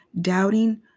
doubting